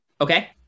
Okay